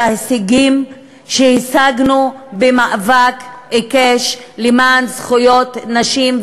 ההישגים שהשגנו במאבק עיקש למען זכויות נשים,